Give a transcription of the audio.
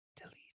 delete